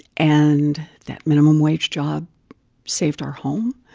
and that minimum wage job saved our home.